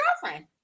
girlfriend